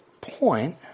point